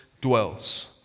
dwells